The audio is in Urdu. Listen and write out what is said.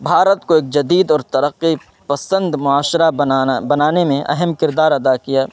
بھارت کو ایک جدید اور ترقی پسند معاشرہ بنانا بنانے میں اہم کردار ادا کیا